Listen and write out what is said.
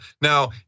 Now